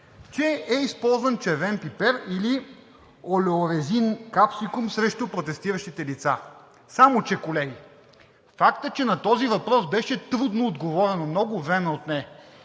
че е използван червен пипер, или олеорезин капсикум, срещу протестиращите лица. Само че, колеги, фактът, че на този въпрос беше трудно отговорено, много време отне,